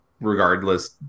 regardless